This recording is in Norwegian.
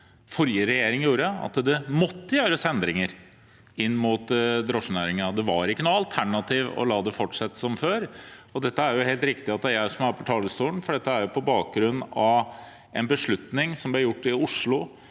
forrige regjering gjorde, at det måtte gjøres endringer inn mot drosjenæringen. Det var ikke noe alternativ å la det fortsette som før. Og det er helt riktig at det er jeg som er på talerstolen, for dette var jo på bakgrunn av en beslutning som ble gjort i Oslo